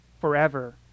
forever